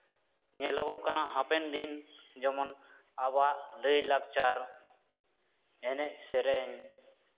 ᱧᱮᱞᱚᱜᱚᱜ ᱠᱟᱱᱟ ᱦᱟᱯᱮᱱ ᱫᱤᱱ ᱡᱮᱢᱚᱱ ᱟᱵᱚᱣᱟᱜ ᱞᱟᱭᱼᱞᱟᱠᱪᱟᱨ ᱮᱱᱮᱡ ᱥᱮᱨᱮᱧ